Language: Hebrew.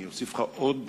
אני אוסיף לך עוד,